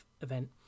event